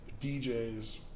DJs